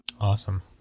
Awesome